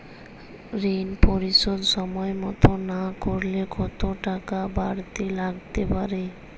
ঋন পরিশোধ সময় মতো না করলে কতো টাকা বারতি লাগতে পারে?